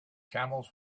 camels